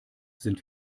sind